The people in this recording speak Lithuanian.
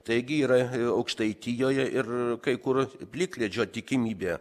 taigi yra aukštaitijoje ir kai kur plikledžio tikimybė